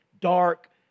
dark